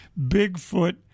Bigfoot